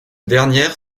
dernière